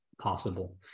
possible